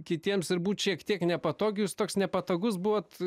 kitiems ir būt šiek tiek nepatogiu jūs toks nepatogus buvot